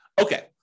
Okay